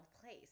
place